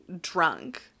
drunk